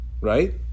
right